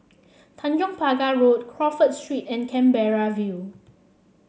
Tanjong Pagar Road Crawford Street and Canberra View